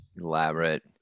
Elaborate